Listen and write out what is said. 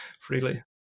freely